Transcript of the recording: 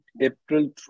April